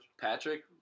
Patrick